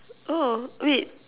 oh wait